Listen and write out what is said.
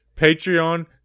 Patreon